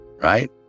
right